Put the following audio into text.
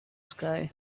sky